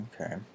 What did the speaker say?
Okay